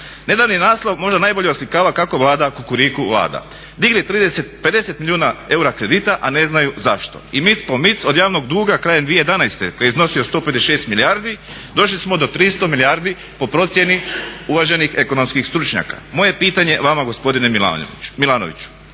Nedavni naslov možda najbolje oslikava kako vlada Kukuriku Vlada, digli 50 milijuna eura kredita a ne znaju zašto i mic po mic od javnog duga krajem 2011. koji je iznosio 156 milijardi došli smo do 300 milijardi po procjeni uvaženih ekonomskih stručnjaka. Moje pitanje vama gospodine Milanoviću,